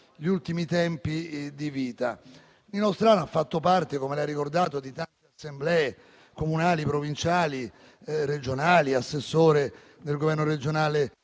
gli ultimi tempi di vita. Nino Strano ha fatto parte, come lei ha ricordato, di tante assemblee comunali, provinciali, regionali. È stato assessore del Governo regionale